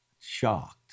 shocked